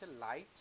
light